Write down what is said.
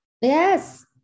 Yes